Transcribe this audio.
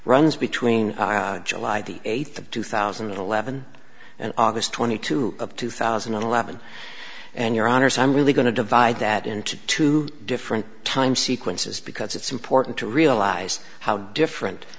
runs between july the eighth of two thousand and eleven and august twenty two of two thousand and eleven and your honour's i'm really going to divide that into two different time sequences because it's important to realize how different